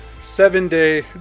seven-day